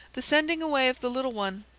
the sending away of the little one,